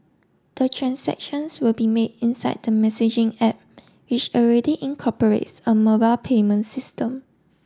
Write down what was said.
the transactions will be made inside the messaging app which already incorporates a mobile payment system